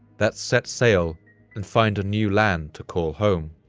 that's set sail and find a new land to call home.